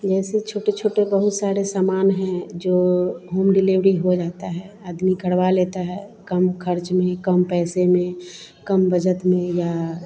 जैसे छोटे छोटे बहुत सारे सामान हैं जो होम डिलेवरी हो जाती है आदमी करवा लेता है कम ख़र्च में कम पैसे में कम बजत में या